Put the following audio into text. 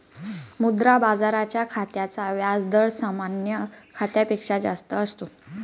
मुद्रा बाजाराच्या खात्याचा व्याज दर सामान्य खात्यापेक्षा जास्त असतो